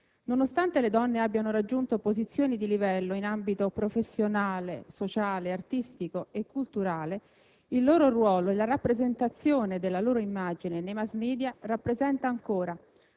Nonostante le donne abbiano raggiunto posizioni di livello in ambito professionale, sociale, artistico e culturale, il loro ruolo e la rappresentazione della loro immagine nei *mass media* rappresenta ancora,